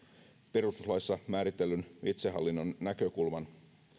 perustuslaissa määritellyn itsehallinnon näkökulman